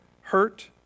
hurt